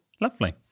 Lovely